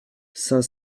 cinq